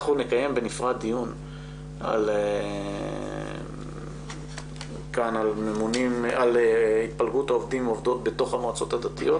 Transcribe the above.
אנחנו נקיים בנפרד דיון כאן על התפלגות העובדים/ות בתוך המועצות הדתיות,